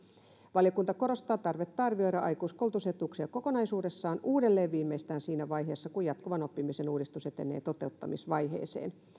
valiokunta korostaa tarvetta arvioida aikuiskoulutusetuuksia kokonaisuudessaan uudelleen viimeistään siinä vaiheessa kun jatkuvan oppimisen uudistus etenee toteuttamisvaiheeseen